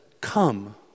come